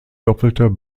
doppelter